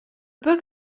book